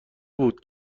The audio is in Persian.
بود